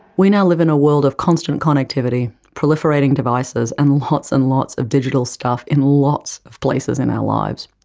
we now live in a world of constant connectivity, proliferating devices and lots and lots of digital stuff in lots of places in our lives.